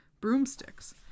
broomsticks